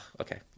okay